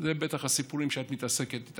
זה בטח מהסיפורים שאת מתעסקת איתם.